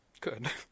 Good